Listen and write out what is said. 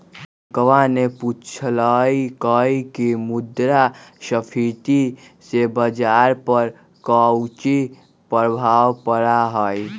रियंकवा ने पूछल कई की मुद्रास्फीति से बाजार पर काउची प्रभाव पड़ा हई?